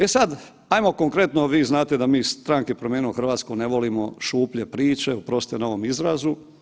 E sad, ajmo konkretno, vi znate da mi iz stranke Promijenimo Hrvatsku ne volimo šuplje priče, oprostite na ovom izrazu.